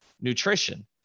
nutrition